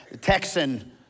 Texan